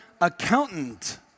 accountant